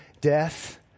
death